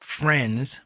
friends